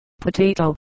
potato